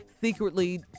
secretly